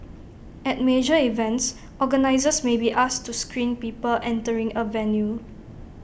at major events organisers may be asked to screen people entering A venue